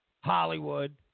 Hollywood